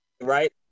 right